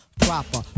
proper